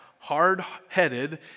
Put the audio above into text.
hard-headed